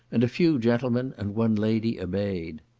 and a few gentlemen and one lady obeyed.